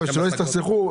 שלא יסתכסכו.